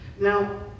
Now